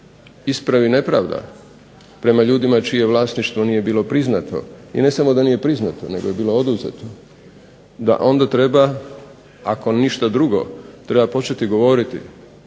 ispravi nepravda prema ljudima čije vlasništvo nije bilo priznato i ne samo da nije priznato nego je bilo oduzeto, da onda treba ako ništa drugo treba početi govoriti